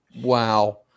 Wow